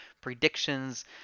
predictions